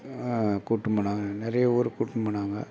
கூட்டினு போனாங்க நிறைய ஊருக்கு கூட்டினு போனாங்க